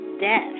death